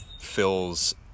fills